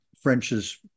French's